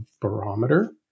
barometer